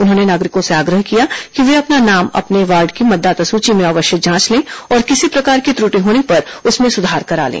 उन्होंने नागरिकों से आग्रह किया कि वे अपना नाम अपने वार्ड की मतदाता सूची में अवश्य जांच लें और किसी प्रकार की त्रुटि होने पर उसमें सुधार करा लें